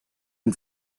and